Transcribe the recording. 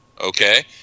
Okay